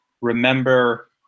remember